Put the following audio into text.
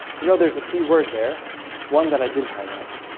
you know, there's a key word there one that i didn't highlight